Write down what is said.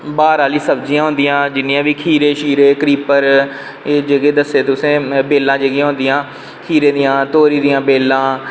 ब्हार आह्लियां सब्जियां होंदियां जियां खीरे होई गे क्रीपर एह् जेह्के दस्से तुसें बेलां होंदियां खीरे दियां तोरी दियां बेलां